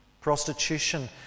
prostitution